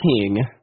king